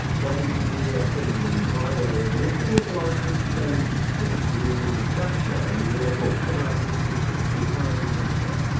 w b f. england my way of looking at life has changed since reading the chapter in your book about the secret behind matter.